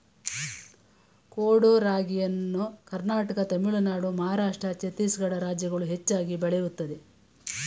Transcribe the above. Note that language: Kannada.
ಕೊಡೋ ರಾಗಿಯನ್ನು ಕರ್ನಾಟಕ ತಮಿಳುನಾಡು ಮಹಾರಾಷ್ಟ್ರ ಛತ್ತೀಸ್ಗಡ ರಾಜ್ಯಗಳು ಹೆಚ್ಚಾಗಿ ಬೆಳೆಯುತ್ತದೆ